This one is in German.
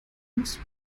muss